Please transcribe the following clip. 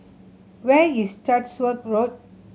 where is Chatsworth Road